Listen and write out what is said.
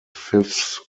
fifth